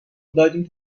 دادیم